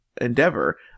endeavor